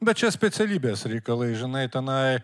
bet čia specialybės reikalai žinai tenai